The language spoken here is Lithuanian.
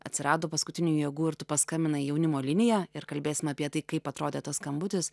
atsirado paskutinių jėgų ir tu paskambinai į jaunimo liniją ir kalbėsim apie tai kaip atrodė tas skambutis